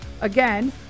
Again